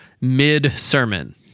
mid-sermon